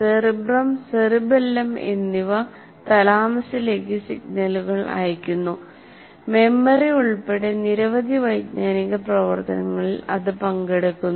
cerebrum cerebellum എന്നിവ തലാമസിലേക്ക് സിഗ്നലുകൾ അയയ്ക്കുന്നു മെമ്മറി ഉൾപ്പെടെ നിരവധി വൈജ്ഞാനിക പ്രവർത്തനങ്ങളിൽ അത് പങ്കെടുക്കുന്നു